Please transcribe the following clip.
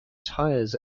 tyres